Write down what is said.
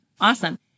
Awesome